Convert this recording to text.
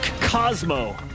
Cosmo